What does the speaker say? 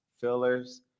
fillers